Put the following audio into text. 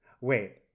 Wait